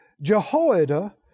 Jehoiada